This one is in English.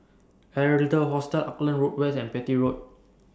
Adler Hostel Auckland Road West and Petir Road